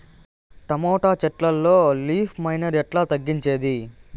Tomato చెట్లల్లో leaf miner ఎట్లా తగ్గించేది?